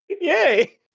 Yay